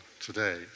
today